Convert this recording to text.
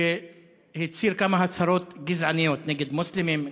שהצהיר כמה הצהרות גזעניות נגד מוסלמים,